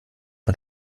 man